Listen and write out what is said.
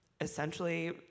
essentially